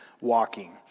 walking